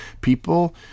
people